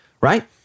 right